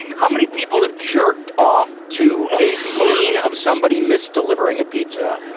how many people have jerked off to a scene of somebody misdeliverying a pizza?